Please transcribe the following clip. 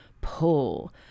Pull